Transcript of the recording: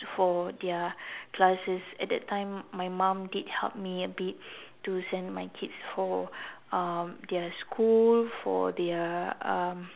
for their classes at that time my mum did help me a bit to send my kids for um their school for their um